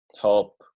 help